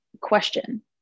question